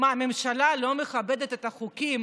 מה, הממשלה לא מכבדת את החוקים